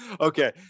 okay